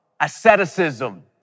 Asceticism